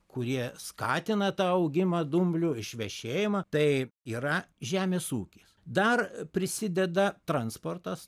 kurie skatina tą augimą dumblių išvešėjimą tai yra žemės ūkis dar prisideda transportas